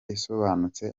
isobanutse